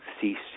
cease